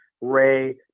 Ray